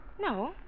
No